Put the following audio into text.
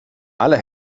alle